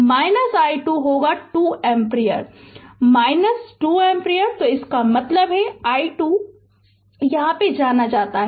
तो i2 होगा 2 ampere 2 ampere तो इसका मतलब है i2 जाना जाता है